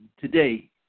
today